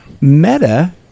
Meta